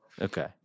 Okay